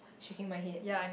shaking my head